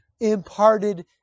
imparted